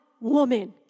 woman